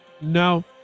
no